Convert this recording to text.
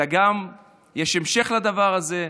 אלא גם יש המשך לדבר הזה.